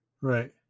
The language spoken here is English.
Right